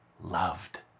loved